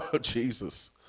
Jesus